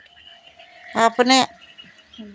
अपने